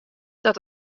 dat